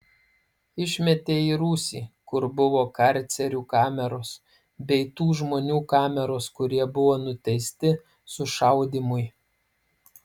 išmetė į rūsį kur buvo karcerių kameros bei tų žmonių kameros kurie buvo nuteisti sušaudymui